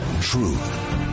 truth